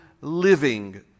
living